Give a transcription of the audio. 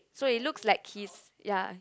so it looks like he's ya